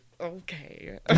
Okay